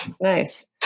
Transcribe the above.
Nice